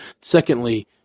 Secondly